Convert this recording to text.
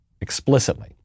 explicitly